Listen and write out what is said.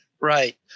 Right